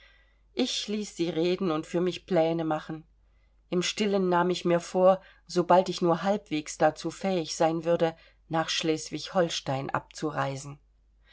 ich ließ sie reden und für mich pläne machen im stillen nahm ich mir vor sobald ich nur halbwegs dazu fähig sein würde nach schleswig holstein abzureisen